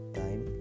time